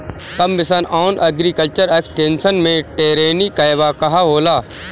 सब mission on agriculture extension मै टेरेनीं कहवा कहा होला?